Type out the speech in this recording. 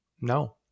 No